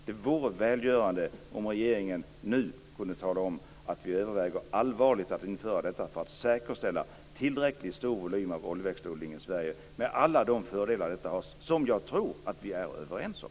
Det vore välgörande om regeringen nu kunde tala om att man allvarligt överväger att införa det här för att säkerställa en tillräckligt stor volym av oljeväxtodling i Sverige med alla de fördelar som det för med sig, vilket jag tror att vi är överens om.